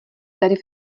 tarif